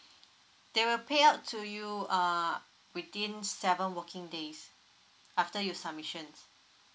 they will pay out to you err within seven working days after you submission